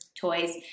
toys